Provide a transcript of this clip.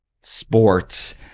sports